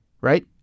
right